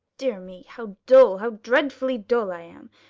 dear me, how dull, how dreadfully dull i am.